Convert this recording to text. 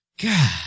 God